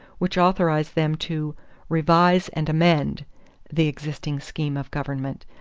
which authorized them to revise and amend the existing scheme of government,